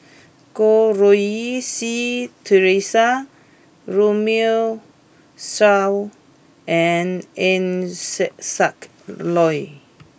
Goh Rui Si Theresa Runme Shaw and Eng Siak Loy